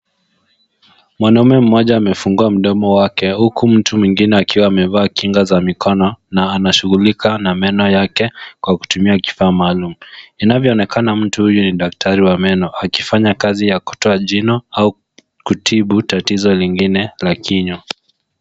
Mwanaume mmoja amefungua mdomo wake huku mtu mwingine akiwa amevaa kinga za mikono na anashughulika na meno yake kwa kutumia kifaa maalum. Inavyoonekana mtu huyu ni daktari wa meno akifanya kazi ya kutoa jino au kutibu tatizo lingine la kinywa.